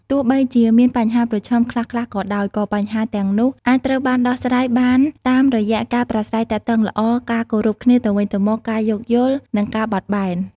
ទោះបីជាមានបញ្ហាប្រឈមខ្លះៗក៏ដោយ ក៏បញ្ហាទាំងនោះអាចត្រូវបានដោះស្រាយបានតាមរយៈការប្រាស្រ័យទាក់ទងល្អ ការគោរពគ្នាទៅវិញទៅមក ការយោគយល់ និងការបត់បែន។